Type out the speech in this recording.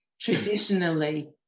traditionally